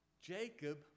Jacob